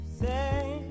say